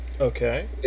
Okay